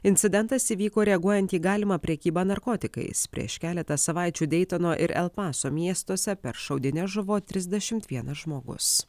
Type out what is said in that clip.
incidentas įvyko reaguojant į galimą prekybą narkotikais prieš keletą savaičių deitono ir el paso miestuose per šaudynes žuvo trisdešimt vienas žmogus